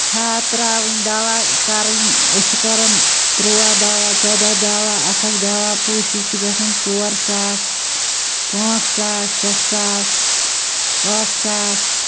کھاد ترٛاوٕنۍ دوا کَرٕنۍ أسۍ چھِ کران تٕرٛووَہ دوا ژۄدہ دوا اکھ اکھ دوا پٲشی چھِ گژھان ژور ساس پانٛژھ ساس شیٚے ساس ٲٹھ ساس